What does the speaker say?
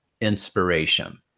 inspiration